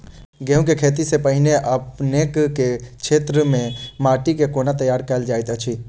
गेंहूँ केँ खेती सँ पहिने अपनेक केँ क्षेत्र मे माटि केँ कोना तैयार काल जाइत अछि?